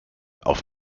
auf